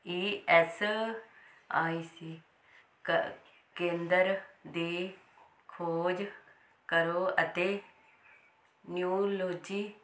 E S I C ਕ ਕੇਂਦਰ ਦੀ ਖੋਜ ਕਰੋ ਅਤੇ ਨਿਊਰੋਲੋਜੀ